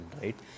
right